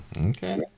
okay